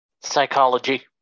Psychology